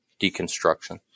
deconstruction